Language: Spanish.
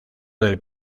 del